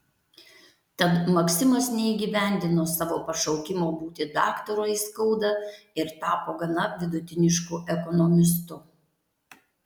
tad maksimas neįgyvendino savo pašaukimo būti daktaru aiskauda ir tapo gana vidutinišku ekonomistu